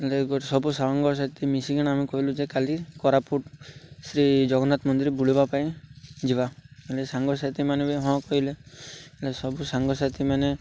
ହେଲେ ଗୋଟେ ସବୁ ସାଙ୍ଗସାଥି ମିଶିକିନା ଆମେ କହିଲୁ ଯେ କାଲି କୋରାପୁଟ ଶ୍ରୀ ଜଗନ୍ନାଥ ମନ୍ଦିର ବୁଲିବା ପାଇଁ ଯିବା ହେଲେ ସାଙ୍ଗସାଥିମାନେ ବି ହଁ କହିଲେ ହେଲେ ସବୁ ସାଙ୍ଗସାଥିମାନେେ